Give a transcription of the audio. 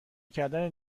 کردن